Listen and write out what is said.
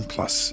Plus